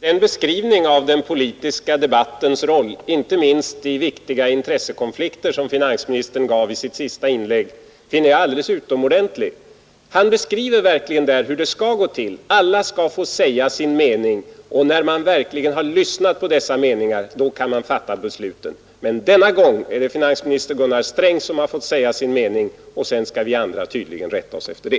Den beskrivning av den politiska debattens roll, inte minst i viktiga intressekonflikter, som finansministern gav i sitt sista inlägg, finner jag alldeles utomordentlig. Han beskriver där hur det skall gå till: Alla skall få säga sin mening, och när man verkligen har lyssnat till alla dessa meningar kan man fatta besluten. Men denna gång är det finansminister Gunnar Sträng som har fått säga sin mening, och sedan skall vi alla rätta oss efter det.